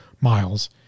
miles